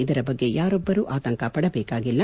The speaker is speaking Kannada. ಇದರ ಬಗ್ಗೆ ಯಾರೊಬ್ಬರೂ ಆತಂಕ ಪಡಬೇಕಾಗಿಲ್ಲ